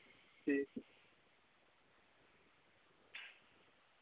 जी